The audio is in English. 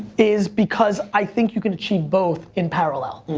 is because i think you can achieve both in parallel.